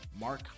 Mark